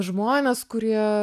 žmonės kurie